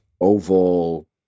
oval